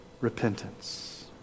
repentance